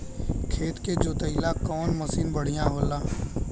खेत के जोतईला कवन मसीन बढ़ियां होला?